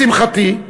לשמחתי,